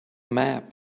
map